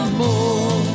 more